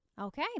Okay